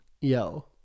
yo